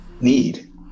need